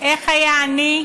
איך היה עני,